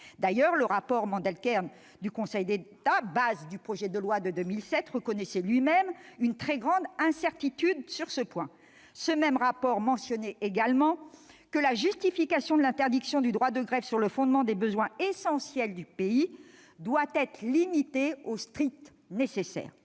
D'ailleurs, le rapport Mandelkern du Conseil d'État, base du projet de loi de 2007, reconnaissait lui-même l'existence d'une très grande incertitude sur ce point. Les auteurs de ce rapport notaient également que l'interdiction du droit de grève sur le fondement des « besoins essentiels du pays » doit être limitée au strict nécessaire.